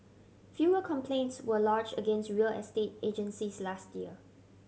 fewer complaints were lodged against real estate agencies last year